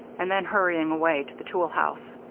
and then hurrying away to the tool house,